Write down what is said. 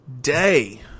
day